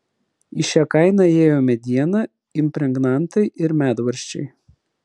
į šią kainą įėjo mediena impregnantai ir medvaržčiai